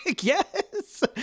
yes